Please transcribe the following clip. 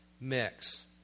mix